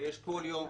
כשיש כל יום.